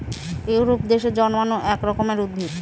Europe দেশে জন্মানো এক রকমের উদ্ভিদ